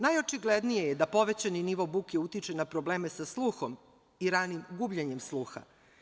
Najočiglednije je da povećani nivo buke utiče na probleme sa sluhom i ranim gubljenjem sluha.